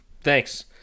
Thanks